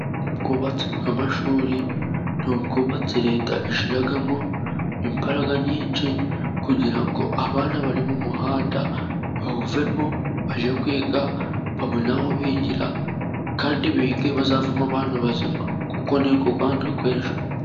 Ubwubatsi bw'amashuri n'ubwubatsi leta ishyiramo imbaraga nyinshi, kugira ngo abana bari mu muhanda bawuvemo bajye kwiga babone aho bigira kandi bige bazavemo abantu bazima kuko nibo Rwanda rw'ejo.